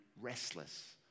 restless